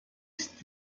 ist